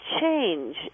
change